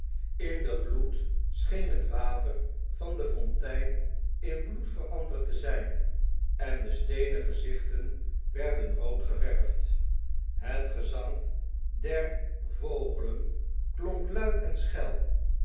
in den gloed scheen het water van de fontein in bloed veranderd te zgn en de steenen gezichten werden rood geverfd het gezang der vogelen klonk luid en schel